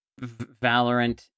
Valorant